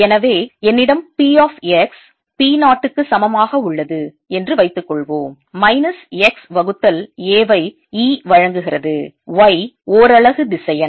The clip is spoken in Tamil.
எனவே என்னிடம் P of x P நாட்டுக்கு சமமாக உள்ளது என்று வைத்துக் கொள்வோம் மைனஸ் x வகுத்தல் a வை E வழங்குகிறது y ஓரலகு திசையன்